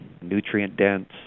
nutrient-dense